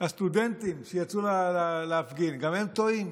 הסטודנטים שיצאו להפגין, גם הם טועים?